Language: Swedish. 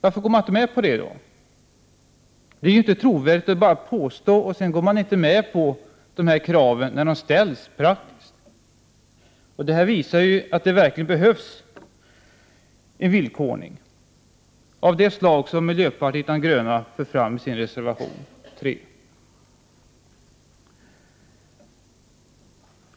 Varför går man inte med på det kravet? Det är inte trovärdigt att bara påstå och sedan inte gå med på krav när de praktiskt ställs. Detta visar att det verkligen behövs ett villkor av det slag som miljöpartiet de gröna för fram i sin reservation 3.